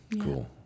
cool